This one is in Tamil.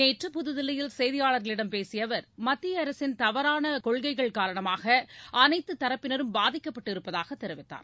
நேற்று புதுதில்லியில் செய்தியாளர்களிடம் பேசிய அவர் மத்திய அரசின் தவறான கொள்கைகள் காரணமாக அனைத்து தரப்பினரும் பாதிக்கப்பட்டிருப்பதாக தெரிவித்தார்